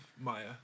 Maya